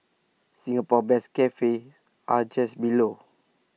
Singapore best cafes are just below